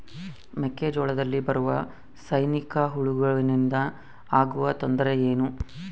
ಮೆಕ್ಕೆಜೋಳದಲ್ಲಿ ಬರುವ ಸೈನಿಕಹುಳುವಿನಿಂದ ಆಗುವ ತೊಂದರೆ ಏನು?